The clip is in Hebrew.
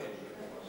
בבקשה, אדוני.